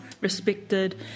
respected